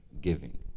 giving